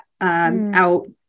out